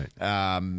Right